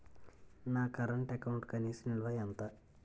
నా కరెంట్ అకౌంట్లో కనీస నిల్వ ఎంత?